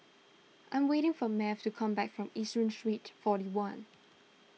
I'm waiting for Math to come back from Yishun Street forty one